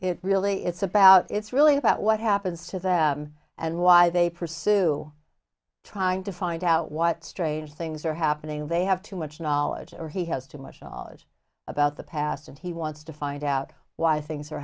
it really it's about it's really about what happens to them and why they pursue trying to find out what strange things are happening they have too much knowledge or he has too much knowledge about the past and he wants to find out why things are